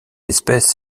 espèce